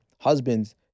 husbands